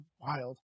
wild